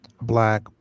black